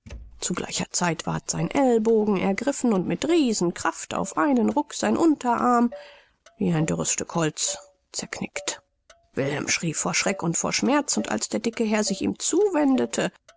zu gleicher zeit ward sein ellbogen ergriffen und mit riesenkraft auf einen ruck sein unterarm wie ein dürres stück holz zerknickt wilhelm schrie vor schreck und vor schmerz und als der dicke herr sich ihm zuwendete